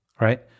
right